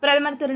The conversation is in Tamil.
பிரதமர் திரு